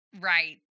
Right